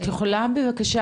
את יכולה בבקשה,